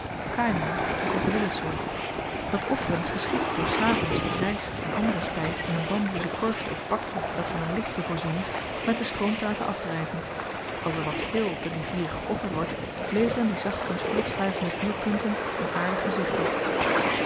kaaiman n krokodillensoort dat offeren geschiedt door s avends wat ryst en andere spys in een bamboezen korfjen of bakje dat van n lichtje voorzien is met den stroom te laten afdryven als er wat veel op de rivieren geofferd wordt leveren die zachtkens voortschuivende vuurpunten n aardig gezicht op